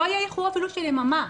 לא יהיה איחור אפילו של יממה.